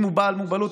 אם הוא בעל מוגבלות,